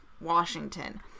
washington